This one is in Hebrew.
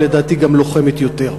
ולדעתי גם לוחמת יותר.